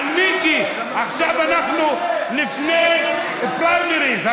עכשיו אנחנו לפני פריימריז.